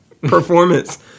performance